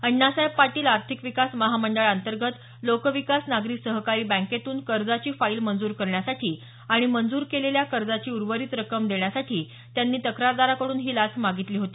अण्णासाहेब पाटील आर्थिक विकास महामंडळाअंतर्गत लोकविकास नागरी सहकारी बँकेतून कर्जाची फाईल मंजूर करण्यासाठी आणि मंजूर केलेल्या कर्जाची उर्वरित रक्कम देण्यासाठी त्यांनी तक्रारदाराकडून ही लाच मागितली होती